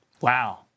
Wow